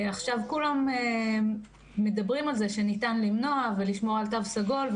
כולם מדברים על זה שניתן למנוע ולשמור על תו סגול,